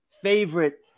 favorite